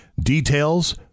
Details